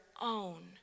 own